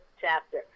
Chapter